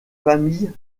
famille